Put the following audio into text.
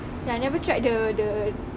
eh I never tried the the